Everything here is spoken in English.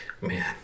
Man